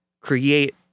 create